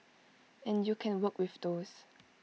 and you can work with those